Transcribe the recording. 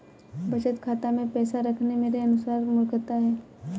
बचत खाता मैं पैसा रखना मेरे अनुसार मूर्खता है